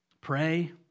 Pray